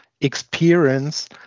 experience